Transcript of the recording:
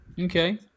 okay